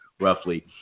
roughly